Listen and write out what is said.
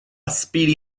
speedy